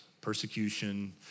persecution